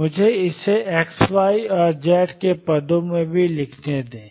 मुझे इसे xy और z के पदों में भी लिखने दें